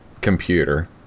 computer